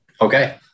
okay